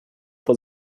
vor